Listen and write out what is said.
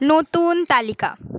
নতুন তালিকা